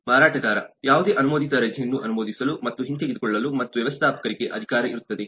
ಮಾರಾಟಗಾರ ಯಾವುದೇ ಅನುಮೋದಿತ ರಜೆಯನ್ನು ಅನುಮೋದಿಸಲು ಮತ್ತು ಹಿಂತೆಗೆದುಕೊಳ್ಳಲು ಮತ್ತು ವ್ಯವಸ್ಥಾಪಕರಿಗೆ ಅಧಿಕಾರಇರುತ್ತದೆ